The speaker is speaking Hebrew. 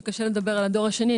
שקשה לדבר על הדור השני.